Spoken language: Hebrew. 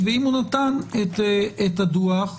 ואם נתן את הדוח,